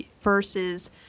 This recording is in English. Versus